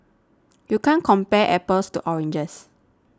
you can't compare apples to oranges